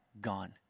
gone